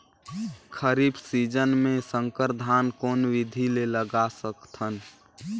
खरीफ season मे संकर धान कोन विधि ले लगा सकथन?